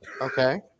Okay